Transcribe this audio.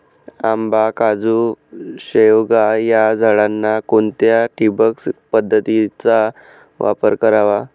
आंबा, काजू, शेवगा या झाडांना कोणत्या ठिबक पद्धतीचा वापर करावा?